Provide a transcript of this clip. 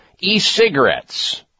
e-cigarettes